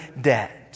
debt